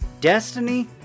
Destiny